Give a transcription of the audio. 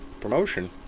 promotion